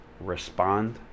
Respond